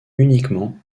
uniquement